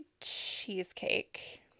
cheesecake